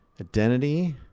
identity